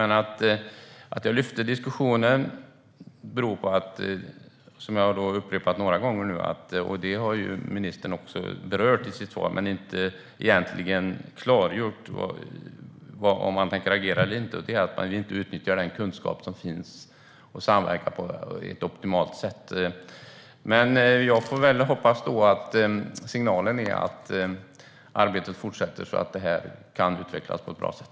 Något jag nu har upprepat några gånger och som ministern berörde i sitt svar men inte klargjorde om han tänker agera i eller inte gäller att man inte utnyttjar den kunskap som finns och samverkar på ett optimalt sätt. Men jag hoppas att signalen är att arbetet fortsätter så att detta kan utvecklas på ett bra sätt.